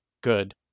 good